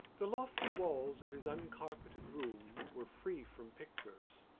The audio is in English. the lofty walls of his uncarpeted room were free from pictures.